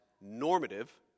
normative